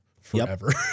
forever